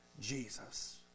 Jesus